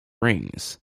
rings